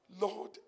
Lord